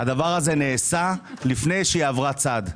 הדבר הזה נעשה לפני שהיא עברה צד.